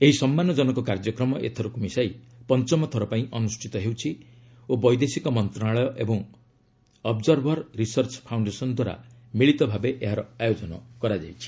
ଏହି ସମ୍ମାନଜନକ କାର୍ଯ୍ୟକ୍ରମ ଏଥରକୁ ମିଶାଇ ପଞ୍ଚମ ଥର ପାଇଁ ଅନୁଷ୍ଠିତ ହେଉଛି ଓ ବୈଦେଶିକ ମନ୍ତ୍ରଣାଳୟ ଏବଂ ଅବକର୍ଭର ରିସର୍ଚ୍ଚ ଫାଉଶ୍ଡେସନ ଦ୍ୱାରା ମିଳିତ ଭାବେ ଏହାର ଆୟୋଜନ କରାଯାଇଛି